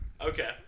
Okay